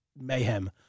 mayhem